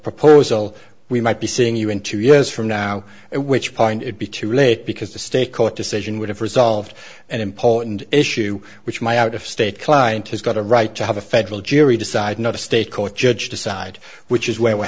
proposal we might be seeing you in two years from now at which point it be too late because the state court decision would have resolved an important issue which my out of state client has got a right to have a federal jury decide not a state court judge decide which is where we're